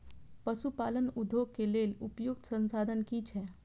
पशु पालन उद्योग के लेल उपयुक्त संसाधन की छै?